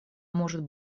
может